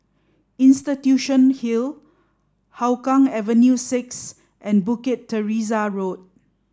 Institution Hill Hougang Avenue six and Bukit Teresa Road